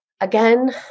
again